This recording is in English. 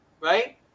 Right